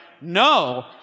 no